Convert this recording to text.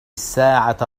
الساعة